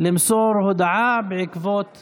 למסור הודעה בעקבות